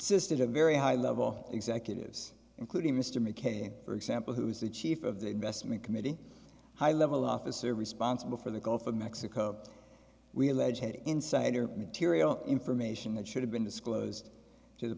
system very high level executives including mr mckay for example who is the chief of the investment committee high level officer responsible for the gulf of mexico we allege had insider material information that should have been disclosed to the